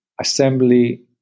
assembly